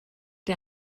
der